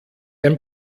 ein